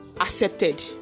accepted